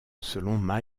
selon